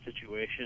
situation